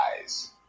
eyes